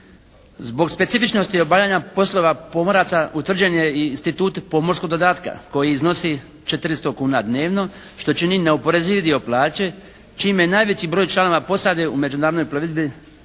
Zbog specifičnosti obavljanja poslova pomoraca utvrđen je i institut pomorskog dodatka koji iznosi 400 kuna dnevno što čini neoporezivi dio plaće čime najveći broj članova posade u međunarodnoj plovidbi,